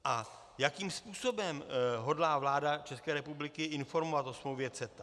A jakým způsobem hodlá vláda České republiky informovat o smlouvě CETA?